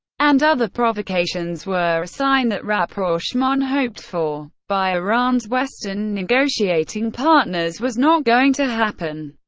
and other provocations were a sign that rapprochement hoped for by iran's western negotiating partners was not going to happen,